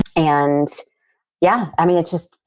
and yeah, i mean, it's just,